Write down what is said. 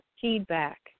feedback